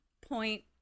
point